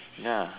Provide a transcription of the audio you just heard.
ya